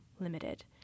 Limited